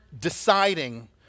deciding